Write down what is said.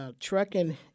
trucking